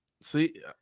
See